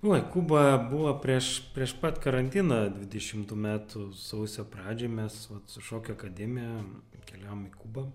uoj kuba buvo prieš prieš pat karantiną dvidešimtų metų sausio pradžioj mes vat su šokių akademija keliavom į kubą